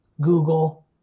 Google